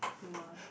humour